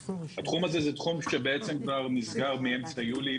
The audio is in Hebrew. התחום הזה הוא תחום שכבר נסגר מאמצע יולי,